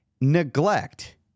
neglect